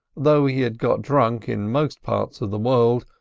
though he had got drunk in most ports of the world,